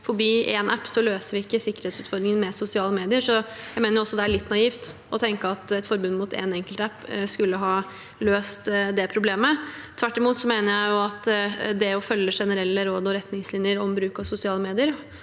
forby én app løser vi ikke sikkerhetsut fordringene med sosiale medier. Jeg mener også det er litt naivt å tenke at et forbud mot én enkelt app skulle ha løst det problemet. Tvert imot mener jeg at det å følge generelle råd og retningslinjer om bruk av sosiale medier